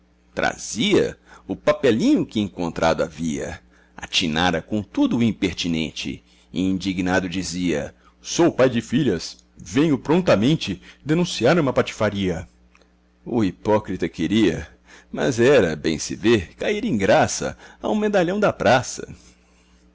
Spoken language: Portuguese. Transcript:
trazia o papelinho que encontrado havia atinara com tudo o impertinente e indignado dizia sou pai de filhas venho prontamente denunciar uma patifaria o hipócrita queria mas era bem se vê cair em graça a um medalhão da praça